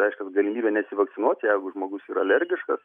reiškias galimybę nesivakcinuoti jeigu žmogus yra alergiškas